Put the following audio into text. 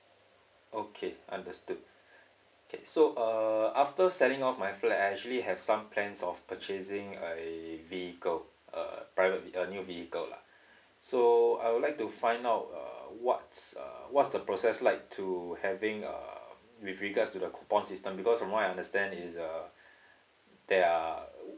okay understood okay so uh after selling off my flat I actually have some plans of purchasing a vehicle uh private vi~ err new vehicle lah so I would like to find out uh what's uh what's the process like to having uh with regards to the coupon system because from what I understand is uh there are